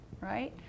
right